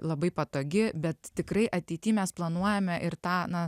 labai patogi bet tikrai ateity mes planuojame ir tą na